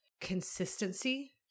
consistency